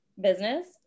business